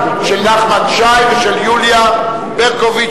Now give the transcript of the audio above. כקבוצה, של נחמן שי ושל יוליה ברקוביץ-שמאלוב.